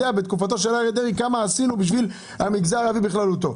כמה עשינו בתקופתו של אריה דרעי עבור המגזר הזה בכללותו.